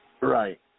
Right